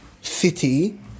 City